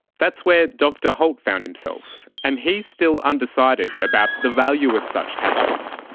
that's where dr holt found himself, and he's still undecided about the value of such tattoos.